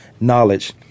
knowledge